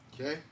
okay